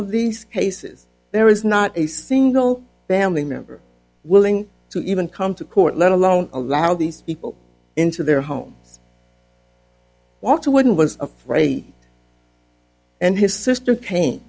of these cases there is not a single family member willing to even come to court let alone allow these people into their homes walk to wooden was afraid and his sister